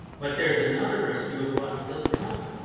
but there's another rescue of lot still to come